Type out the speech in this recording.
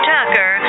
Tucker